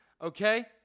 okay